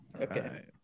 Okay